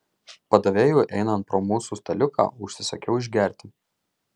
padavėjui einant pro mūsų staliuką užsisakiau išgerti